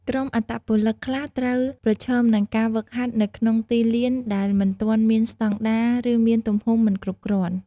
ក្រុមអត្តពលិកខ្លះត្រូវប្រឈមនឹងការហ្វឹកហាត់នៅក្នុងទីលានដែលមិនទាន់មានស្តង់ដារ ឬមានទំហំមិនគ្រប់គ្រាន់។